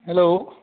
hello